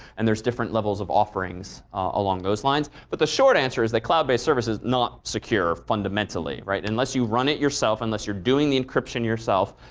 and there's different levels of offerings along those lines. but the short answer is that cloud-based service is not secure fundamentally, right? unless you run it yourself, unless you're doing the encryption yourself,